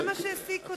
זה מה שהעסיק אותו.